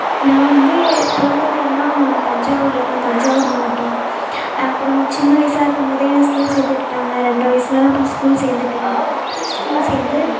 நான் வந்து பிறந்தது எல்லாம் தஞ்சாவூரில் தான் தஞ்சாவூர் மாவட்டம் அப்பறம் சின்ன வயசாக இருக்கும் போதே என்னை ஸ்கூல் சேர்த்து விட்டுட்டாங்க ரெண்ட்ரை வயசுலேலாம் போய் ஸ்கூல் சேர்ந்துட்டேன் ஸ்கூல் சேர்ந்து